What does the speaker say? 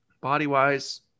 Body-wise